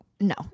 No